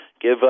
give